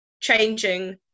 changing